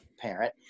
parent